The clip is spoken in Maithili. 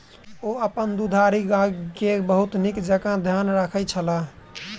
ओ अपन दुधारू गाय के बहुत नीक जेँका ध्यान रखै छला